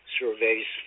surveys